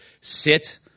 sit